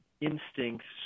instincts